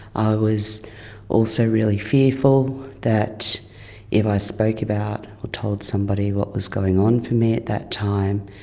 i was also really fearful that if i spoke about or told somebody what was going on for me at that time,